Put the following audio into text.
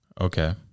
Okay